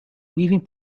weaving